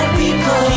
people